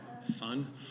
son